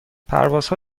پروازها